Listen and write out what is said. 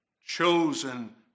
chosen